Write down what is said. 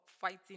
fighting